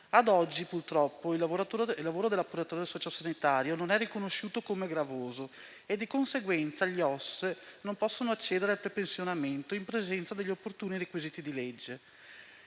Ad oggi purtroppo il lavoro dell'operatore socio-sanitario non è riconosciuto come gravoso e, di conseguenza, gli OSS non possono accedere al prepensionamento in presenza degli opportuni requisiti di legge.